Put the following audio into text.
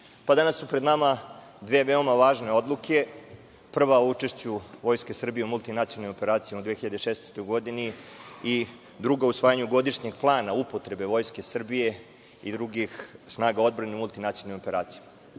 danas su pred nama dve veoma važne odluke - prva o učešću Vojske Srbije u multinacionalnim operacijama u 2016. godini i druga o usvajanju godišnjeg plana upotrebe Vojske Srbije i drugih strana odbrane u multinacionalnim operacijama. Da